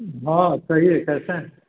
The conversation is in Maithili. हँ कहिये कैसे हैं